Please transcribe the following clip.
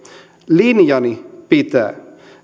linjani pitää